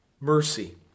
mercy